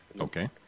Okay